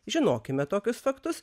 žinokime tokius faktus